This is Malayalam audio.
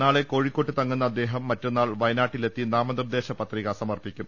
നാളെ കോഴിക്കോട്ട് തങ്ങുന്ന അദ്ദേഹം മറ്റ ന്നാൾ വയനാട്ടിലെത്തി നാമനിർദേശ പത്രിക സമർപ്പിക്കും